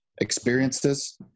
Experiences